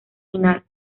final